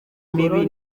mibi